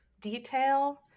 detail